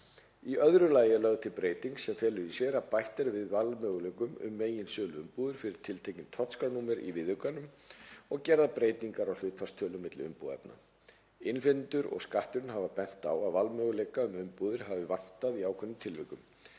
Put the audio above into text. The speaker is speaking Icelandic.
Í öðru lagi er lögð til breyting sem felur í sér að bætt er við valmöguleikum um meginsöluumbúðir fyrir tiltekið tollskrárnúmer í viðaukanum og gerðar breytingar á hlutfallstölum milli umbúðaefna. Innflytjendur og Skatturinn hafa bent á að valmöguleika um umbúðir hafi vantað í ákveðnum tilvikum.